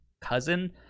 cousin